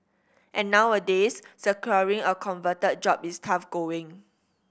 and nowadays securing a coveted job is tough going